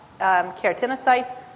keratinocytes